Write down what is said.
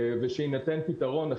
ושיינתן פתרון,